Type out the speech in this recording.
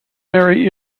mary